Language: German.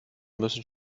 müssen